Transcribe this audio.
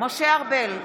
משה ארבל,